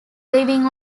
leaving